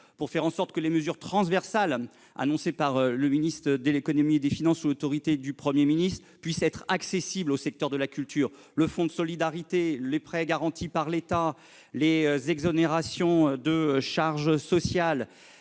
a fait en sorte que les mesures transversales annoncées par le ministre de l'économie et des finances, sous l'autorité du Premier ministre, puissent être accessibles à ce secteur : fonds de solidarité, prêts garantis par l'État, exonérations de charges sociales,